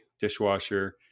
dishwasher